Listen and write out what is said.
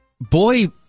boy